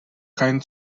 keinen